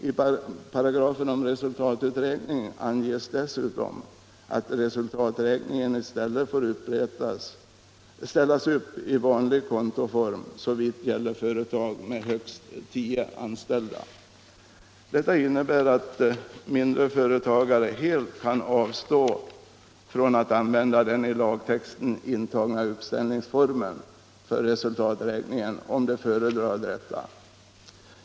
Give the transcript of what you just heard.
I paragrafen om resultaträkning anges dessutom att resultaträkningen i stället får ställas upp i vanlig kontoform, såvitt gäller företag med högst tio anställda. Detta innebär att mindre företagare helt kan avstå från att använda den i lagtexten intagna uppställningsformen för resultaträkningen, om de föredrar detta.